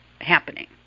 happening